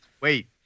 wait